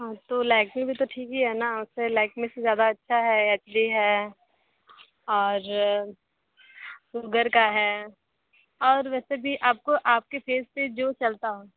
हाँ तो लेक्मे भी तो ठीक ही है ना उससे लेक्मे से ज़्यादा अच्छा है एच डी है और सुगर का है और वैसे भी आपको आपके फेस पर जो चलता हो